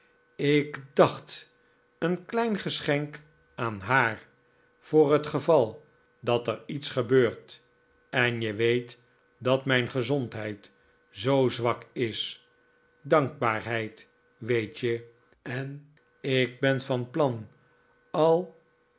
ik dacht een klein geschenk aan haar voor het geval dat er iets gebeurt en je weet dat mijn gezondheid zoo zwak is dankbaarheid weet je en ik ben van plan al